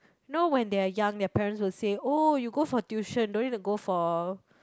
no when they're young their parents will say oh you go for tuition no need to go for